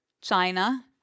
China